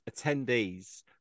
attendees